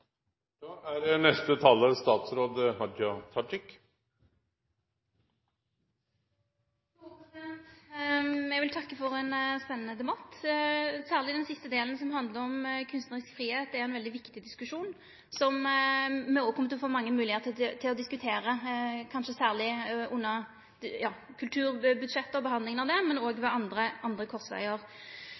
Eg vil takke for ein spennande debatt, særleg den siste delen, som handlar om kunstnerisk fridom. Det er ein veldig viktig diskusjon som me òg kjem til å få mange moglegheiter til å diskutere, kanskje særleg under behandlinga av kulturbudsjettet, men òg ved andre